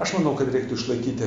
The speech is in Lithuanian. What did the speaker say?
aš manau kad reiktų išlaikyti